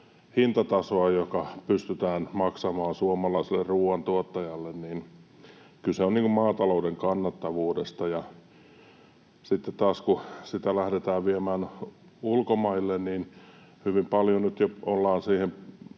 hintatasoa, joka pystytään maksamaan suomalaiselle ruoantuottajalle. Kyse on maatalouden kannattavuudesta. Sitten taas, kun sitä lähdetään viemään ulkomaille, niin hyvin paljon jo nyt pitää